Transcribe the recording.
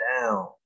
down